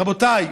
רבותיי,